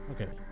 Okay